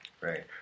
right